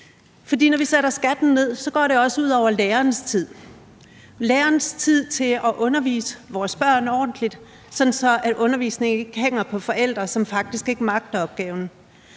når vi sætter skatten ned, går det også ud over lærerens tid – lærerens tid til at undervise vores børn ordentligt, sådan at undervisningen ikke hænger på forældre, som faktisk ikke magter opgaven